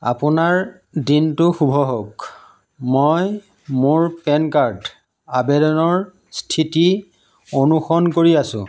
আপোনাৰ দিনটো শুভ হওক মই মোৰ পেন কাৰ্ড আবেদনৰ স্থিতি অনুসৰণ কৰি আছোঁ